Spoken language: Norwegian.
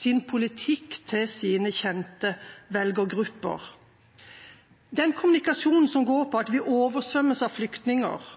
sin politikk til sine kjente velgergrupper – den kommunikasjon som går på at vi oversvømmes av flyktninger,